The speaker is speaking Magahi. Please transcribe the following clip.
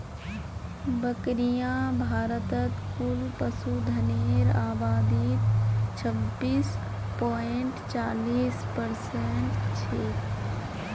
बकरियां भारतत कुल पशुधनेर आबादीत छब्बीस पॉइंट चालीस परसेंट छेक